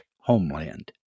homeland